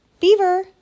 Beaver